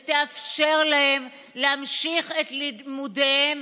ותאפשר להם להמשיך את לימודיהם,